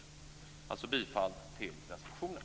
Jag yrkar alltså bifall till reservationen.